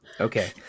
Okay